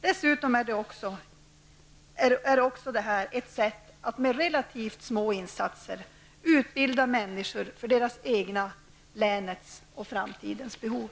Dessutom är detta också ett sätt att med relativt små insatser utbilda människor för deras egna, länets och framtidens behov.